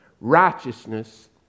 righteousness